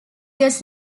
does